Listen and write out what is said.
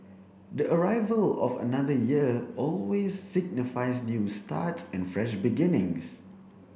the arrival of another year always signifies new starts and fresh beginnings